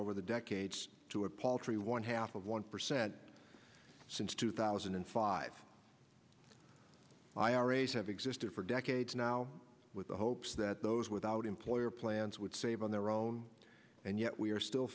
over the decades to a paltry one half of one percent since two thousand and five iras have existed for decades now with the hopes that those without employer plans would save on their own and yet we are still